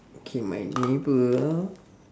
okay my neighbour